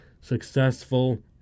successful